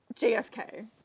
JFK